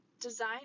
design